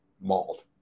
mauled